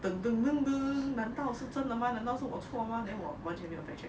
等等等等难道是真的吗难道是我错吗 then 我完全没有 fact check